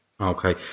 Okay